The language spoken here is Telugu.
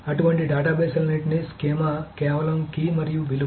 అటువంటి డేటాబేస్లన్నింటికీ స్కీమా కేవలం కీ మరియు విలువ